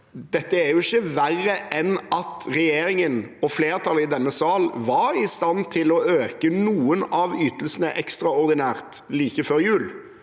dette er jo ikke verre enn at regjeringen og flertallet i denne sal var i stand til å øke noen av ytelsene ekstraordinært like før jul